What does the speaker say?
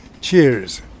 Cheers